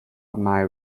mile